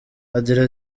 agira